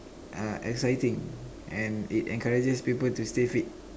uh exciting and it encourages people to stay fit